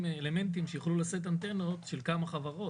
אלמנטים שיוכלו לשאת אנטנות של כמה חברות,